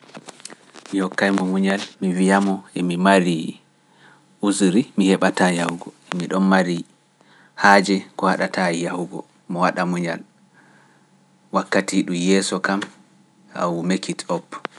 Mi hokkaimo munyal mi wi amo mi don mari haje ko hadata am yahugo. wakkati dun yeeso kam mi warai so allah jabi